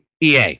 EA